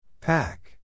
Pack